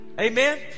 amen